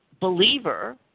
believer